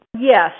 Yes